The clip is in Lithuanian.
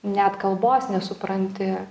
net kalbos nesupranti